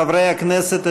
חברי הכנסת,